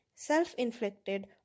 Self-inflicted